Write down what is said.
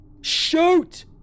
Shoot